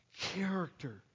character